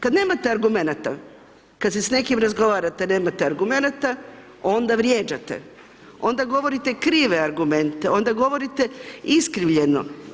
Kad nemate argumenata, kad se s nekim razgovarate, nemate argumenata, onda vrijeđate, onda govorite krive argumente, onda govorite iskrivljeno.